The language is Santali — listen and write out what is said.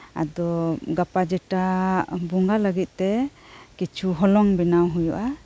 ᱟᱫᱚ ᱜᱟᱯᱟ ᱡᱮᱴᱟ ᱵᱚᱸᱜᱟ ᱞᱟᱹᱜᱤᱫ ᱛᱮ ᱠᱤᱪᱷᱩ ᱦᱚᱞᱚᱝ ᱵᱮᱱᱟᱣ ᱦᱩᱭᱩᱜᱼᱟ